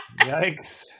Yikes